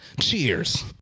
Cheers